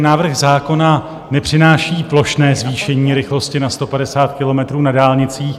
Návrh zákona nepřináší plošné zvýšení rychlosti na 150 kilometrů na dálnicích.